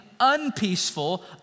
unpeaceful